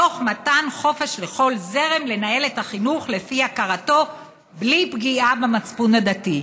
תוך מתן חופש לכל זרם לנהל את החינוך לפי הכרתו בלי פגיעה במצפון הדתי.